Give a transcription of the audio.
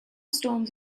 storms